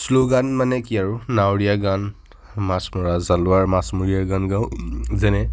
slogan মানে কি আৰু নাৱৰীয়া গান মাছমৰা জালুৱাৰ মাছমৰীয়াৰ গান গাওঁ যেনে